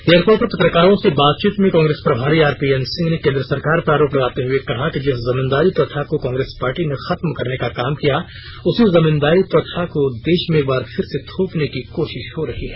airport पर पत्रकारों से बातचीत में कांग्रेस प्रभारी आरपीएन सिंह ने केंद्र सरकार पर आरोप लगाते हुए कहा कि जिस जमींदारी प्रथा को कांग्रेस पार्टी ने खत्म करने का काम किया उसी जमींदारी प्रथा को देश में एक बार फिर से थोपने की कोशिश हो रही है